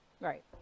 Right